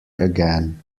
again